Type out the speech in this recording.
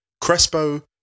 Crespo